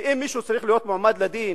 ואם מישהו צריך להיות מועמד לדין